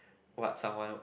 what someone